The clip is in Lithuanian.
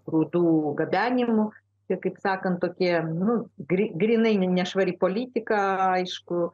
grūdų gabenimu ir kaip sakant tokie nu grynai nešvari politika aišku